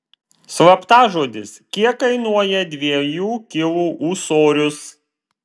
slaptažodis kiek kainuoja dviejų kilų ūsorius